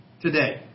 today